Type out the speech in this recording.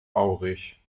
aurich